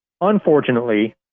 Unfortunately